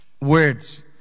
words